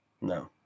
No